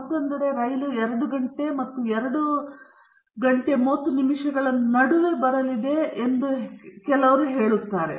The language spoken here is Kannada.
ಮತ್ತೊಂದೆಡೆ ರೈಲು 2 ಗಂಟೆ ಮತ್ತು 230 ಗಂಟೆಗಳ ನಡುವೆ ಬರಲಿದೆ ಎಂದು ಹೇಳಬಹುದಾದ ಕೆಲವರು ಇರಬಹುದು